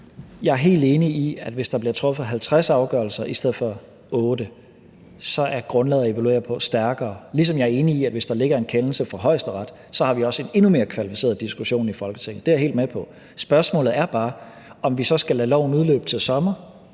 på er stærkere, hvis der bliver truffet 50 afgørelser i stedet for 8, ligesom jeg er enig i, at vi, hvis der ligger en kendelse fra Højesteret, så også har en endnu mere kvalificeret diskussion i Folketinget. Det er jeg helt med på. Spørgsmålet er bare, om vi så skal lade loven udløbe til sommer